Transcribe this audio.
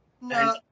No